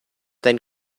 then